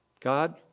God